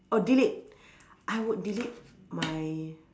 oh delete I would delete my